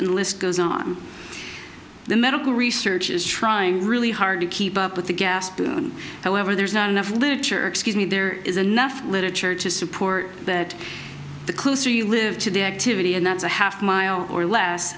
and list goes on the medical research is trying really hard to keep up with the gas boom however there's not enough literature excuse me there is enough literature to support that the closer you live to the activity and that's a half mile or less